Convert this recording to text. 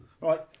right